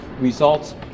results